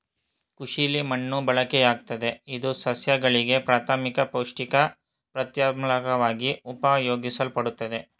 ಕೃಷಿಲಿ ಮಣ್ಣು ಬಳಕೆಯಾಗ್ತದೆ ಇದು ಸಸ್ಯಗಳಿಗೆ ಪ್ರಾಥಮಿಕ ಪೌಷ್ಟಿಕ ಪ್ರತ್ಯಾಮ್ಲವಾಗಿ ಉಪಯೋಗಿಸಲ್ಪಡ್ತದೆ